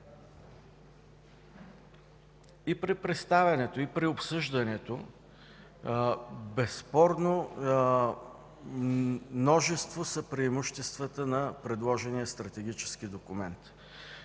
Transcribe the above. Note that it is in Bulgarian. И при представянето, и при обсъждането, безспорно, множество са преимуществата на предложения стратегически документ.